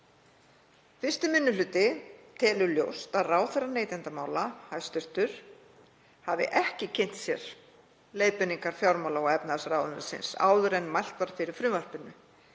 Fyrsti minni hluti telur ljóst að ráðherra neytendamála hafi ekki kynnt sér leiðbeiningar fjármála- og efnahagsráðuneytisins áður en mælt var fyrir frumvarpinu,